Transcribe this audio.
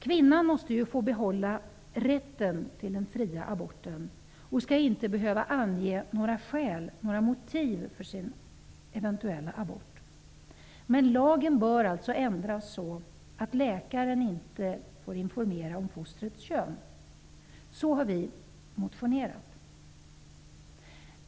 Kvinnan måste få behålla rätten till den fria aborten och skall inte behöva ange några motiv för sin eventuella abort. Men lagen bör ändras så att läkaren inte får informera om fostrets kön. Det har vi motionerat om.